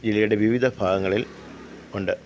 ജില്ലയുടെ വിവിധ ഭാഗങ്ങളില് ഉണ്ട്